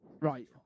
Right